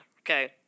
Okay